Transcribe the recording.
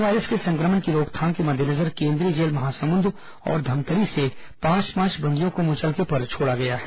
corona virus के सं क्र म ण की रोकथाम के मद्देनजर केंद्रीय जेल महासमुंद और धमतरी से पांच पांच बंदियों को मुचलके पर छोड़ा गया है